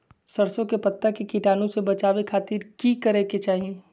सरसों के पत्ता के कीटाणु से बचावे खातिर की करे के चाही?